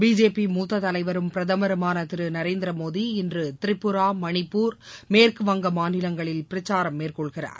BJP மூத்த தலைவரும் பிரதமருமான திரு நரேந்திரமோடி இன்று திரிபுரா மனிப்பூர் மேற்குவங்க மாநிலங்களில் பிரக்சாரம் மேற்கொள்கிறார்